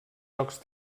jocs